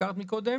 שהזכרת קודם.